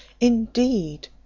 Indeed